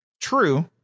True